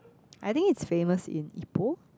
I think it's famous in Ipoh